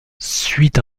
suit